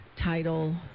Title